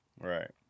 Right